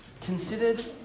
considered